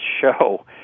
show